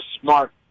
smart